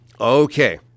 okay